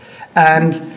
and